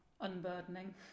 unburdening